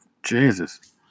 Jesus